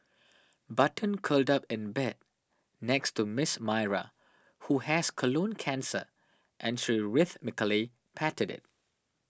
button curled up in bed next to Miss Myra who has colon cancer and she rhythmically patted it